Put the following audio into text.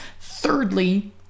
Thirdly